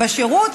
בשירות,